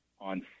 on